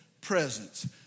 presence